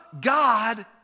God